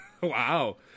wow